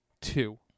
Two